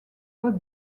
for